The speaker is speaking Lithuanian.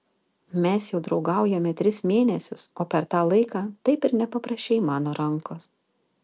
mes jau draugaujame tris mėnesius o per tą laiką taip ir nepaprašei mano rankos